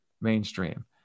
mainstream